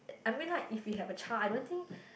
I mean like if you have a child I don't think